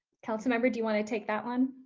council member, do you want to take that one?